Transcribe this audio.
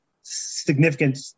significant